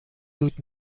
بود